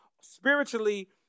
spiritually